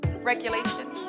regulation